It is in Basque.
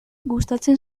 gustatzen